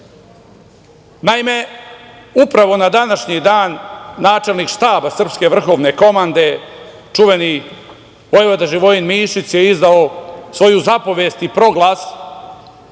upravo na današnji dan, načelnik Štaba srpske vrhovne komande, čuveni vojvoda Živojin Mišić je izdao svoju zapovest i proglas